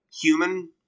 human